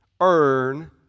earn